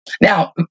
now